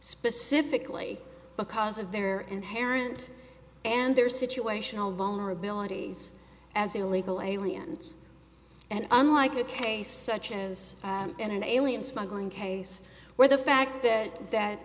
specifically because of their inherent and their situational vulnerabilities as illegal aliens and i'm like ok such as in an alien smuggling case where the fact that that